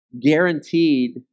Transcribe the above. guaranteed